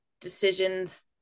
decisions